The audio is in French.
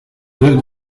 deux